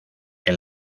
que